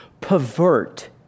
pervert